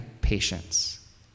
patience